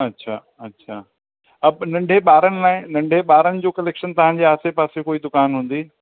अछा अछा हा पोइ नंढे ॿारनि लाइ नंढे ॿारनि जो कलेक्शन तव्हांजे आसे पासे कोई दुकानु हूंदी